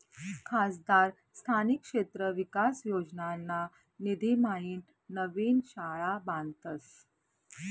खासदार स्थानिक क्षेत्र विकास योजनाना निधीम्हाईन नवीन शाळा बांधतस